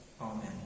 Amen